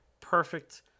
Perfect